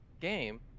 game